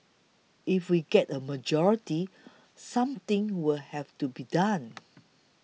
if we get the majority something will have to be done